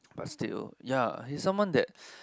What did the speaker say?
but still ya he's someone that